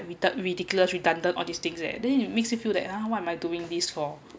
rdi~ ridiculous redundant all these things eh then he makes you feel that !huh! what am I doing this for